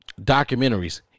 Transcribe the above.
Documentaries